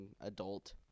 adult